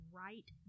right